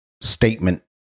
statement